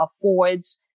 affords